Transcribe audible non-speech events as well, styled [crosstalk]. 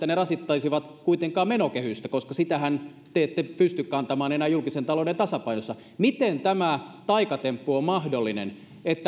[unintelligible] ne rasittaisivat kuitenkaan menokehystä koska sitähän te ette pysty kantamaan enää julkisen talouden tasapainossa miten tämä taikatemppu on mahdollinen